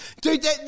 Dude